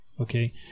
Okay